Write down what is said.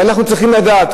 ואנחנו צריכים לדעת,